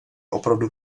opravdu